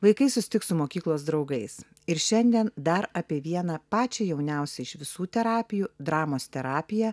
vaikai susitiks su mokyklos draugais ir šiandien dar apie vieną pačią jauniausią iš visų terapijų dramos terapiją